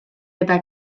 eta